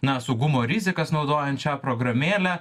na saugumo rizikas naudojant šią programėlę